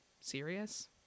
serious